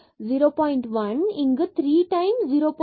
1 இங்கு 3 times 0